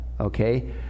okay